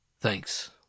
Thanks